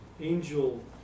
angel